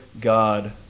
God